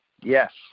Yes